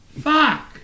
Fuck